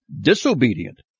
disobedient